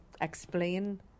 explain